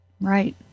Right